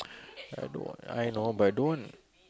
I know I know but I don't want